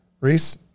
Reese